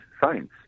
science